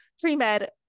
pre-med